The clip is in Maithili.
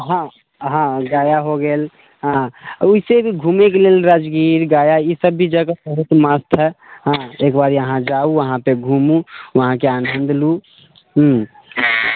हाँ हाँ गया हो गेल हाँ ओहिसँ भी घुमैके लेल राजगीर गया ई सब भी जगह बहुत मस्त हइ हाँ एकबारी अहाँ जाउ वहाँपर घुमू वहाँके आनन्द लू हूँ